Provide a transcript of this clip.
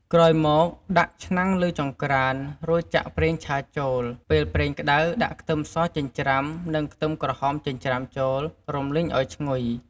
ក្រោយមក ដាក់ឆ្នាំងលើចង្ក្រាន រួចចាក់ប្រេងឆាចូល ពេលប្រេងក្ដៅ ដាក់ខ្ទឹមសចិញ្ច្រាំ និងខ្ទឹមក្រហមចិញ្ច្រាំចូល រំលីងឲ្យឈ្ងុយ។